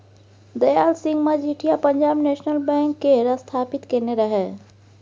Dayal Singh Majithia Punjab national bank केर स्थापित केने रहय